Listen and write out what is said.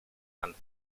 and